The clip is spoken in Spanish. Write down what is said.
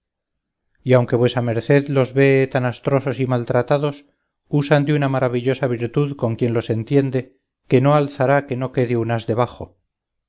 y aunque vuesa merced los vee tan astrosos y maltratados usan de una maravillosa virtud con quien los entiende que no alzará que no quede un as debajo